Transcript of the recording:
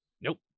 Nope